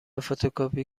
فتوکپی